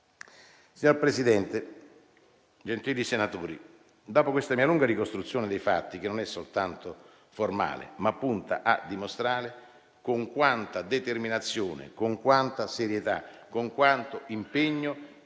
Signor Presidente, gentili senatori, questa mia lunga ricostruzione dei fatti non è soltanto formale, ma punta a dimostrare con quanta determinazione, con quanta serietà e con quanto impegno